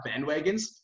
bandwagons